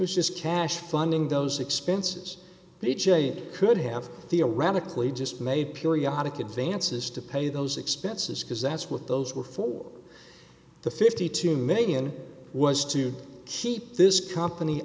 is cash funding those expenses e j it could have theoretically just made periodic advances to pay those expenses because that's what those were for the fifty two million was to keep this company